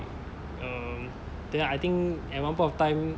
err then I think at one point of time